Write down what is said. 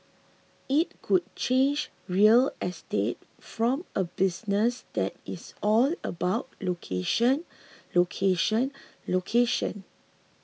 it could change real estate from a business that is all about location location location